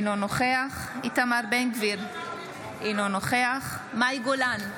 אינו נוכח איתמר בן גביר, אינו נוכח מאי גולן,